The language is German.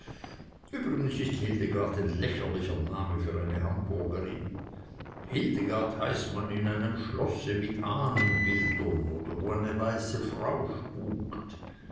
übrigens ist hildegard ein lächerlicher name für eine hamburgerin hildegard heißt man in einem schlosse mit ahnenbildern oder wo eine weiße frau spukt